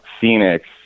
Phoenix